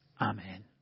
Amen